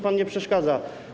Pan nie przeszkadza.